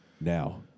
Now